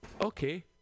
okay